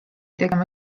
tegema